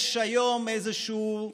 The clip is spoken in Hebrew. יש היום איזשהו שביב,